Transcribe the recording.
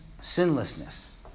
sinlessness